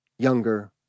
younger